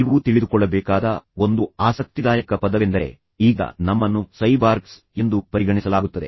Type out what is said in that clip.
ನೀವು ತಿಳಿದುಕೊಳ್ಳಬೇಕಾದ ಒಂದು ಆಸಕ್ತಿದಾಯಕ ಪದವೆಂದರೆ ಈಗ ನಮ್ಮನ್ನು ಸೈಬಾರ್ಗ್ಸ್ ಎಂದು ಪರಿಗಣಿಸಲಾಗುತ್ತದೆ